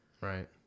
Right